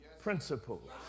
principles